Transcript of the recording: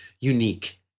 unique